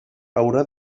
haurà